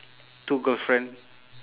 two girlfriend